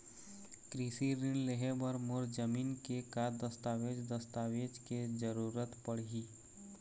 कृषि ऋण लेहे बर मोर जमीन के का दस्तावेज दस्तावेज के जरूरत पड़ही?